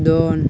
ᱫᱚᱱ